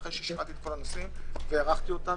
אחרי ששמעתי את כל הנושאים והערכתי אותם,